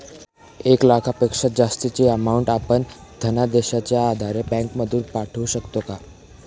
एक लाखापेक्षा जास्तची अमाउंट आपण धनादेशच्या आधारे बँक मधून पाठवू शकतो का?